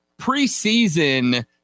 preseason